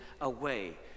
away